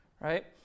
right